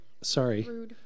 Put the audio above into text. sorry